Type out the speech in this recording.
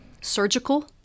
surgical